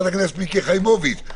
מיקי חיימוביץ',